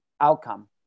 outcome